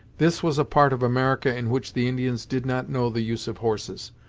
this was a part of america in which the indians did not know the use of horses,